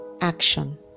action